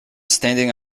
standing